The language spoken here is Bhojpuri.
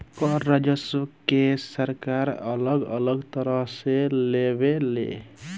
कर राजस्व के सरकार अलग अलग तरह से लेवे ले